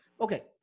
okay